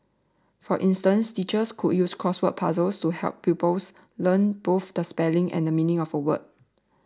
for instance teachers could use crossword puzzles to help pupils learn both the spelling and the meaning of a word